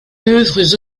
d’œuvres